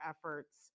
efforts